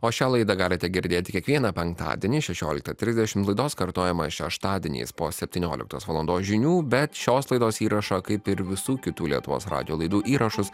o šią laidą galite girdėti kiekvieną penktadienį šešioliktą trisdešim laidos kartojimas šeštadieniais po septynioliktos valandos žinių bet šios laidos įrašą kaip ir visų kitų lietuvos radijo laidų įrašus